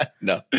no